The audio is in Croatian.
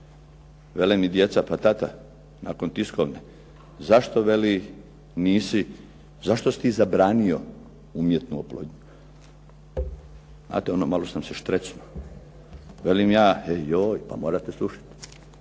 vele mi djeca, pa tata, nakon tiskovne, zašto veli nisi, zašto si ti zabranio umjetnu oplodnju? Znate ono malo sam se štrecnuo? Velim ja, e joj pa morate slušati!